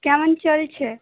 কেমন চলছে